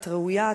את ראויה,